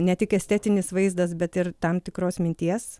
ne tik estetinis vaizdas bet ir tam tikros minties